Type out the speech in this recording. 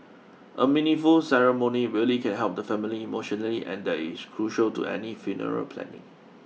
a meaningful ceremony really can help the family emotionally and that is crucial to any funeral planning